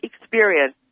experience